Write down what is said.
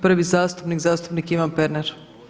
Prvi zastupnik, zastupnik Ivan Pernar.